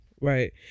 Right